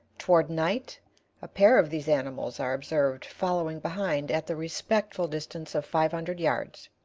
toward night a pair of these animals are observed following behind at the respectful distance of five hundred yards.